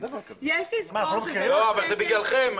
אבל זה בגללכם.